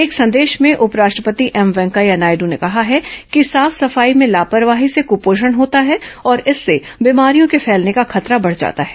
एक संदेश में उपराष्ट्रपति एम वेंकैया नायडू ने कहा है कि साफ सफाई में लापरवाही से कुपोषण होता है और इससे बीमारियों के फैलने का खतरा बढ जाता है